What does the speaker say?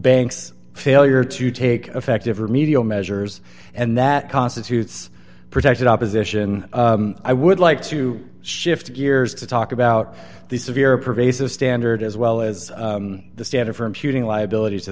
bank's failure to take effective remedial measures and that constitutes protected opposition i would like to shift gears to talk about the severe pervasive standard as well as the standard for imputing liability to